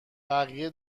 بقیه